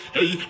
Hey